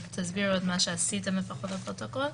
אבל תסבירו את מה שעשיתם לפחות לפרוטוקול,